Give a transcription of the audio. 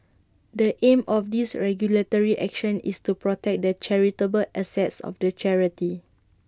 the aim of this regulatory action is to protect the charitable assets of the charity